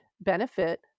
benefit